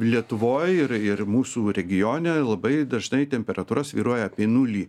lietuvoj ir ir mūsų regione labai dažnai temperatūra svyruoja apie nulį